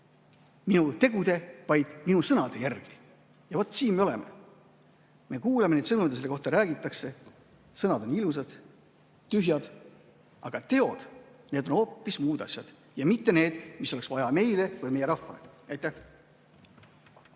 minu tegude, vaid minu sõnade järgi. Ja vot siin me oleme, me kuulame neid sõnu, mida selle kohta räägitakse. Sõnad on ilusad, tühjad, aga teod on hoopis muud asjad, ja mitte need, mida oleks vaja meile või meie rahvale. Aitäh!